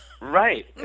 right